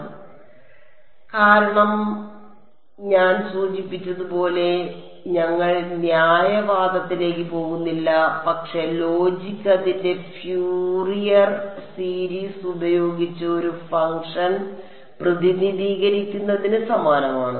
അതിനാൽ കാരണം അതിനാൽ ഞാൻ സൂചിപ്പിച്ചതുപോലെ ഞങ്ങൾ ന്യായവാദത്തിലേക്ക് പോകുന്നില്ല പക്ഷേ ലോജിക് അതിന്റെ ഫ്യൂറിയർ സീരീസ് ഉപയോഗിച്ച് ഒരു ഫംഗ്ഷൻ പ്രതിനിധീകരിക്കുന്നതിന് സമാനമാണ്